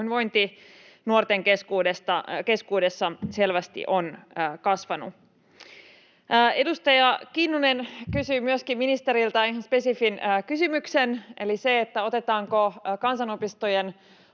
pahoinvointi nuorten keskuudessa selvästi on kasvanut. Edustaja Kinnunen kysyi ministeriltä myöskin ihan spesifin kysymyksen eli sen, otetaanko kansanopistojen